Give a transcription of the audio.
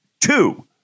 two